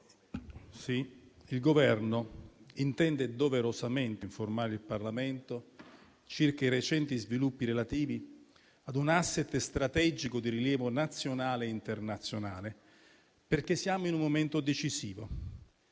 il Governo intende doverosamente informare il Parlamento circa i recenti sviluppi relativi a un *asset* strategico di rilievo nazionale e internazionale, perché siamo in un momento decisivo